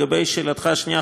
לשאלתך השנייה,